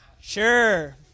Sure